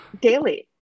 daily